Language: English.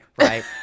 Right